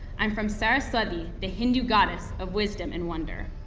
i'm from saraswati, the hindu goddess of wisdom and wonder.